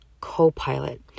Copilot